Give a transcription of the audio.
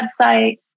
website